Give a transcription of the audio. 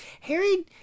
Harry